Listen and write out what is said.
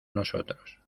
nosotros